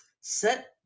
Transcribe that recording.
set